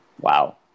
Wow